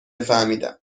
فهمیدم